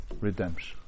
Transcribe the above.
redemption